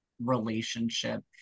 relationship